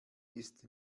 ist